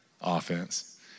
Offense